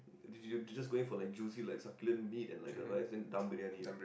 did you you just go in for like juicy like succulent meat and like the rice then Dam-Briyani [what]